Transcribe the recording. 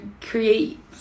create